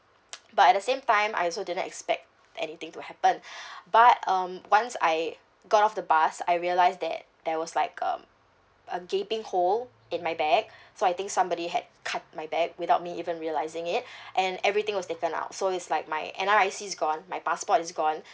but at the same time I also didn't expect anything to happen but um once I got off the bus I realised that there was like um a gaping hole in my bag so I think somebody had cut my bag without me even realising it and everything was taken out so it's like my N_R_I_C is gone my passport is gone